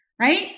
right